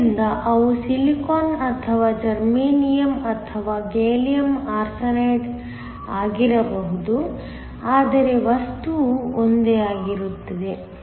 ಆದ್ದರಿಂದ ಅವು ಸಿಲಿಕಾನ್ ಅಥವಾ ಜರ್ಮೇನಿಯಮ್ ಅಥವಾ ಗ್ಯಾಲಿಯಂ ಆರ್ಸೆನೈಡ್ ಆಗಿರಬಹುದು ಆದರೆ ವಸ್ತುವು ಒಂದೇ ಆಗಿರುತ್ತದೆ